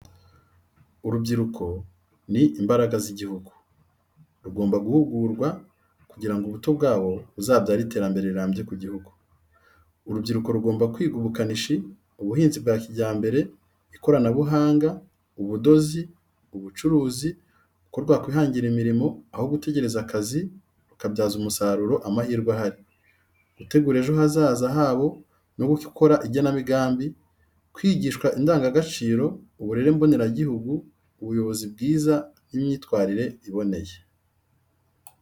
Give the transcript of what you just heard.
Urubyiruko ni imbaraga z'igihugu, rugomba guhugurwa kugira ngo ubuto bwabo buzabyare iterambere rirambye ku gihugu. Urubyiruko rugomba kwiga ubukanishi, ubuhinzi bwa kijyambere, ikoranabuhanga, ubudozi, ubucuruzi, uko rwakwihangira imirimo aho gutegereza akazi rukabyaza umusaruro amahirwe ahari, gutegura ejo hazaza habo no gukora igenamigambi, kwigishwa ku ndangagaciro, uburere mboneragihugu, ubuyobozi bwiza n’imyitwarire iboneye.